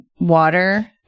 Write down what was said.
water